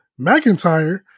McIntyre